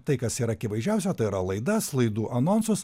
tai kas yra akivaizdžiausia tai yra laidas laidų anonsus